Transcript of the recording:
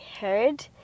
heard